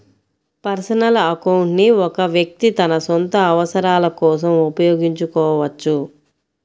personal account ని ఒక వ్యక్తి తన సొంత అవసరాల కోసం ఉపయోగించుకోవచ్చు